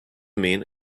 mean